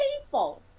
people